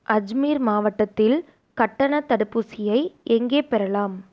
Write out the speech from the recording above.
அஜ்மீர் மாவட்டத்தில் கட்டணத் தடுப்பூசியை எங்கே பெறலாம்